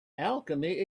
alchemy